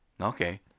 Okay